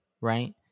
right